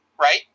right